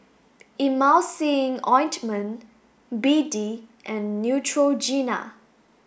Emulsying Ointment B D and Neutrogena